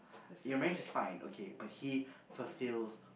your marriage is fine but he fulfills